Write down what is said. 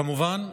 כמובן,